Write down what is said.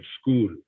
school